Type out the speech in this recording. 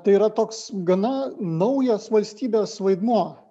tai yra toks gana naujas valstybės vaidmuo